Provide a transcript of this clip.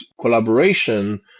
collaboration